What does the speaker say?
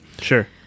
Sure